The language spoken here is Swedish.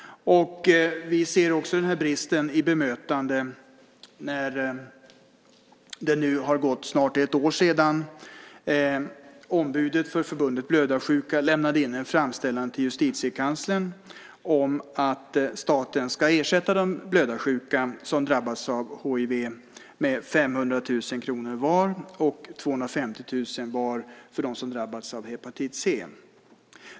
Vi ser också den här bristen i bemötande när det nu har gått snart ett år sedan ombudet för Förbundet Blödarsjuka lämnade in en framställan till Justitiekanslern om att staten ska ersätta de blödarsjuka som drabbades av hiv med 500 000 kr var och ge 250 000 var till dem som drabbats av hepatit C.